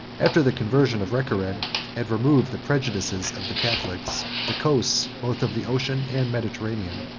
after the conversion of recared had removed the prejudices of the catholics, the coasts, both of the ocean and mediterranean,